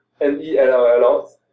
N-E-L-L